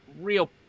real